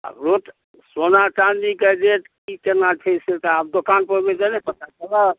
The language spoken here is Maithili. आब रेट सोना चाँदीके रेट की केना छै से तऽ आब दोकानपर एबै तब ने पता चलत